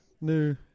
New